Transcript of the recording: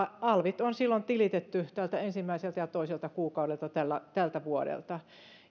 alvit on silloin tilitetty ensimmäiseltä ja toiselta kuukaudelta tältä vuodelta